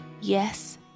Yes